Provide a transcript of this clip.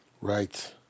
Right